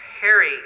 Harry